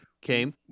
came